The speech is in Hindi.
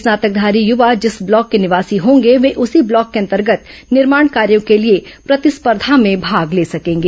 स्नातकधारी युवा जिस ब्लॉक के निवासी होंगे वे उसी ब्लॉक के अंतर्गत निर्माण कार्यों के लिए प्रतिस्पर्धा में भाग ले सकेंगे